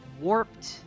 Warped